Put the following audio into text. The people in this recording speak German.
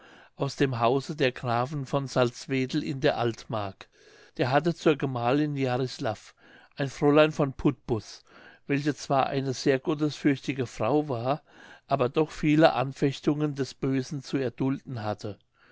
aus dem hause der grafen von salzwedel in der altmark der hatte zur gemahlin jarislav ein fräulein von putbus welche zwar eine sehr gottesfürchtige frau war aber doch viele anfechtungen des bösen zu erdulden hatte